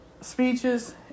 speeches